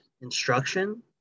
instruction